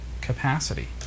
capacity